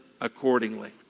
accordingly